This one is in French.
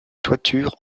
toitures